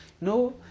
no